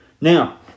Now